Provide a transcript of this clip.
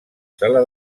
sala